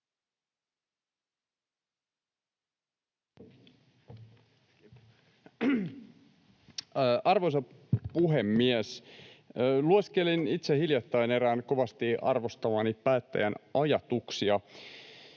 Arvoisa puhemies! Lueskelin itse hiljattain erään kovasti arvostamani päättäjän ajatuksia